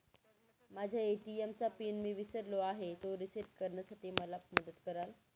माझ्या ए.टी.एम चा पिन मी विसरलो आहे, तो रिसेट करण्यासाठी मला मदत कराल?